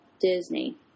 Disney